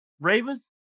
Ravens